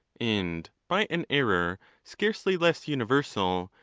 and by an error scarcely less universal,